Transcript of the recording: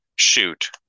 shoot